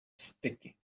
sticky